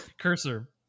Cursor